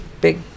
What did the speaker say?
big